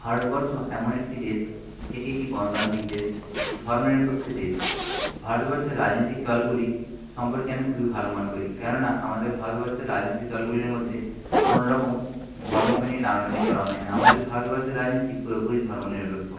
ভারতবর্ষ এমন একটি দেশ এটি একটি গণতান্ত্রিক দেশ ধর্মনিরপেক্ষ দেশ ভারতবর্ষের রাজনীতিক দলগুলি সম্পর্কে আমি খুবই ভালো মনে করি কেন না আমাদের ভারতবর্ষের রাজনীতিক দলগুলির মধ্যে কোনওরকম ধর্মকে নিয়ে টানাটানি করা হয় না আমাদের ভারতবর্ষের রাজনীতি পুরোপুরি ধর্মনিরপেক্ষ